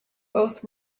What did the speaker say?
both